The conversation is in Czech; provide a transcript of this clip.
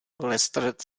lestred